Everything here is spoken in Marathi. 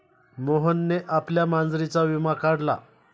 मोहनने आपल्या मांजरीचा विमा काढला